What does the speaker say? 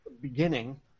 Beginning